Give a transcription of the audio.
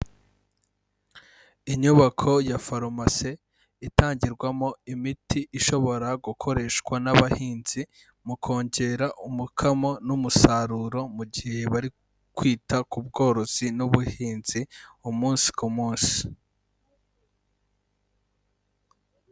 Inyubako ya farumasi itangirwamo imiti ishobora gukoreshwa n'abahinzi mu kongera umukamo n'umusaruro mu gihe bari kwita ku bworozi n'ubuhinzi umunsi ku munsi.